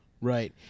Right